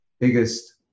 Biggest